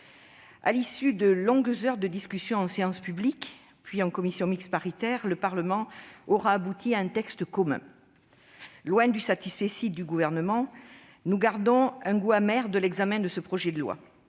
à l'issue de longues heures de discussion en séance publique, puis en commission mixte paritaire, le Parlement aura abouti à un texte commun. Loin du satisfecit que s'est accordé à lui-même le Gouvernement, nous gardons un goût amer de l'examen de ce projet de loi.